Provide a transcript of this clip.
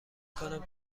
کنم